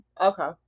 Okay